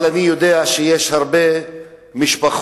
אבל אני יודע שיש הרבה משפחות,